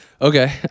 Okay